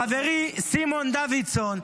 חברי סימון דוידסון,